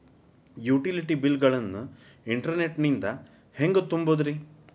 Utility bill ಗಳನ್ನ internet ನಿಂದ ಹೆಂಗ್ ತುಂಬೋದುರಿ?